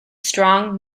strong